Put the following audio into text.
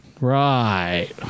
Right